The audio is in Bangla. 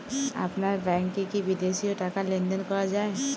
আপনার ব্যাংকে কী বিদেশিও টাকা লেনদেন করা যায়?